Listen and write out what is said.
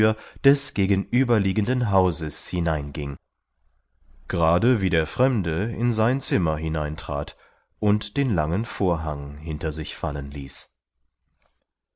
des gegenüberliegenden hauses hineinging gerade wie der fremde in sein zimmer hineintrat und den langen vorhang hinter sich fallen ließ